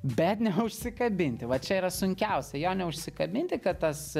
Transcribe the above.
bet ne užsikabinti va čia yra sunkiausia jo neužsikabinti kad tas